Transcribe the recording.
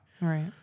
Right